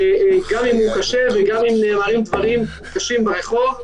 גם אם הוא קשה וגם אם נאמרים דברים קשים ברחוב.